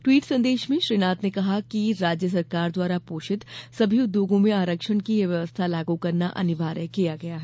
tweet संदेश में श्री नाथ ने कहा कि राज्य सरकार द्वारा पोषित सभी उद्योगों में आरक्षण की यह व्यवस्था लागू करना अनिवार्य किया गया है